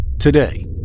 Today